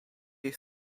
ich